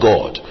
God